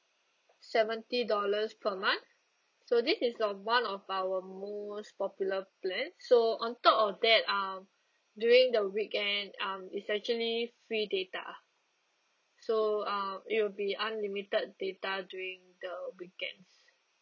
seventy dollars per month so this is the one of our most popular plan so on top of that um during the weekend um it's actually free data so uh it will be unlimited data during the weekends